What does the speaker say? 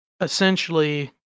essentially